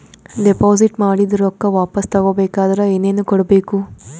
Deposit ಮಾಡಿದ ರೊಕ್ಕ ವಾಪಸ್ ತಗೊಬೇಕಾದ್ರ ಏನೇನು ಕೊಡಬೇಕು?